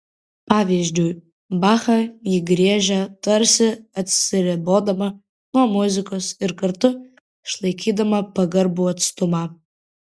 pavyzdžiui bachą ji griežia tarsi atsiribodama nuo muzikos ir kartu išlaikydama pagarbų atstumą